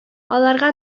аларга